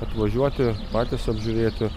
atvažiuoti patys apžiūrėti